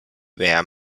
where